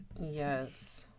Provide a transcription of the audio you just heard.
Yes